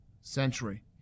century